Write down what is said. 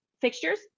fixtures